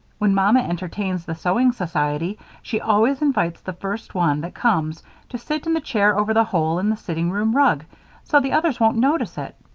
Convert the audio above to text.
when mamma entertains the sewing society she always invites the first one that comes to sit in the chair over the hole in the sitting-room rug so the others won't notice it.